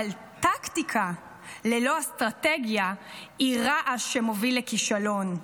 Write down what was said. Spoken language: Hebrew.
אבל טקטיקה ללא אסטרטגיה היא רעש שמוביל לכישלון.